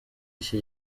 iki